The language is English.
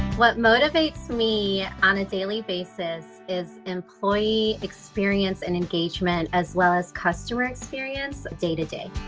what motivates me on a daily basis is employee experience and engagement as well as customer experience day to day.